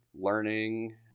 learning